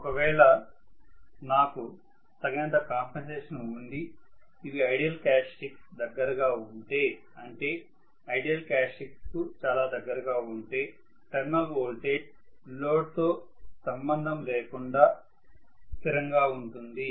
ఒకవేళ నాకు తగినంత కాంపెన్సేషన్ ఉండి ఇవి ఐడియల్ క్యారెక్టర్స్టిక్స్ దగ్గరగా ఉంటే అంటే ఐడియల్ క్యారెక్టర్స్టిక్స్ కు చాలా దగ్గరగా ఉంటే టెర్మినల్ వోల్టేజ్ నేను వేసే లోడ్ తో సంబంధం లేకుండా స్థిరంగా ఉంటుంది